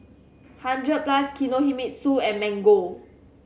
Hundred Plus Kinohimitsu and Mango